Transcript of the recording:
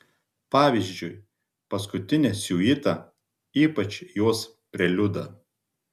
pavyzdžiui paskutinę siuitą ypač jos preliudą